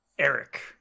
Eric